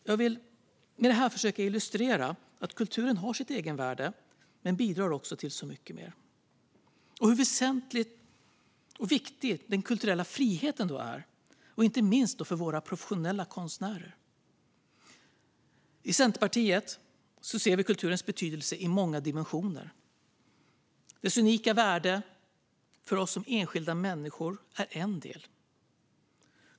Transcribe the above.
Jag vill med det här försöka illustrera att kulturen har sitt egenvärde men också bidrar till så mycket mer och hur väsentlig och viktig den kulturella friheten är, inte minst för våra professionella konstnärer. I Centerpartiet ser vi kulturens betydelse i många dimensioner. Dess unika värde för oss som enskilda människor är en del.